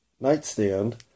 nightstand